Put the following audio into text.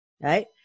right